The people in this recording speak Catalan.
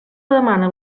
demana